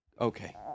Okay